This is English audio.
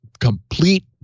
complete